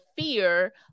fear